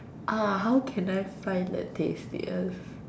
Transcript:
uh how can I find the tastiest